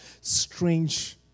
strange